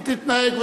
היא תתנהל,